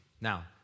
Now